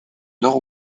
nord